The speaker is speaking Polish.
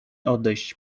odejść